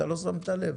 אתה לא שמת לב.